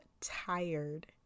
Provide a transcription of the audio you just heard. tired